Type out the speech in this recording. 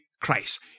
Christ